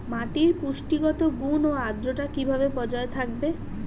মাটির পুষ্টিগত গুণ ও আদ্রতা কিভাবে বজায় থাকবে?